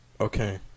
Okay